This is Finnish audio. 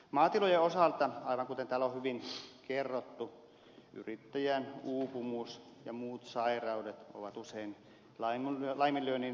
maatilojen osalta aivan kuten täällä on hyvin kerrottu yrittäjän uupumus ja muut sairaudet ovat usein laiminlyönnin taustalla